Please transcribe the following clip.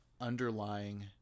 underlying